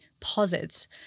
posits